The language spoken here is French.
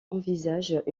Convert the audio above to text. envisageant